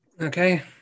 Okay